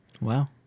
Wow